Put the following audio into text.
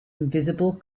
invisible